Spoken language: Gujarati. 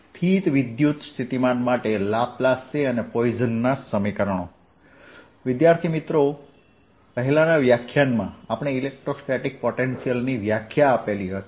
સ્થિત વિદ્યુતસ્થિતિમાન માટે લાપ્લાસ અને પોઈઝનના સમીકરણો પહેલાનાં વ્યાખ્યાનમાં આપણે ઇલેક્ટ્રોસ્ટેટિક પોટેન્શિયલની વ્યાખ્યા આપેલી હતી